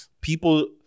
people